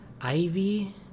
ivy